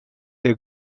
der